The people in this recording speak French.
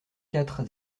quatre